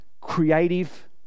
creative